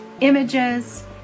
images